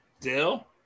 Dill